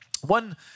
One